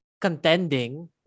contending